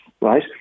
right